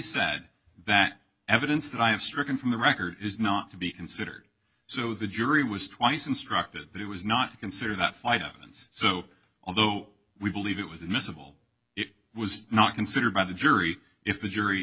said that evidence that i have stricken from the record is not to be considered so the jury was twice instructed that it was not to consider that five and so although we believe it was admissible it was not considered by the jury if the jury